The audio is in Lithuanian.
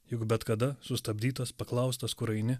juk bet kada sustabdytas paklaustas kur eini